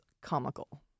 comical